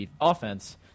offense